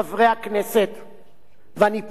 ואני פה נותן דין-וחשבון לציבור,